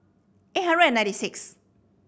eight hundred and ninety sixth